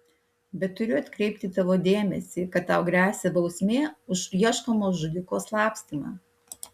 bet turiu atkreipti tavo dėmesį kad tau gresia bausmė už ieškomo žudiko slapstymą